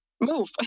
move